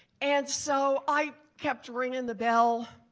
and so i kept ringing the bell,